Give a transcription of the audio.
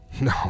no